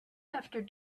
after